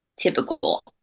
typical